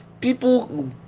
people